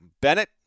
Bennett